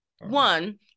One